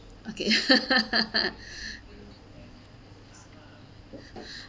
okay